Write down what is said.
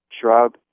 shrub